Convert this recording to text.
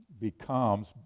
becomes